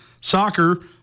soccer